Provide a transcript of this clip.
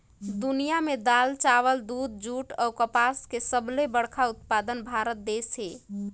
दुनिया में दाल, चावल, दूध, जूट अऊ कपास के सबले बड़ा उत्पादक भारत देश हे